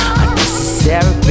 unnecessary